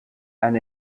and